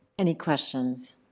any questions?